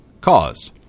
caused